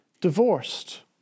divorced